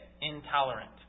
Intolerant